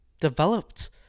developed